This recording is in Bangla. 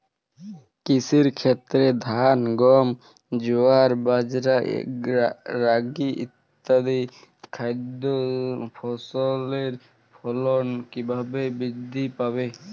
কৃষির ক্ষেত্রে ধান গম জোয়ার বাজরা রাগি ইত্যাদি খাদ্য ফসলের ফলন কীভাবে বৃদ্ধি পাবে?